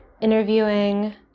interviewing